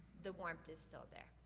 the warmth is still there.